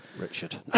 Richard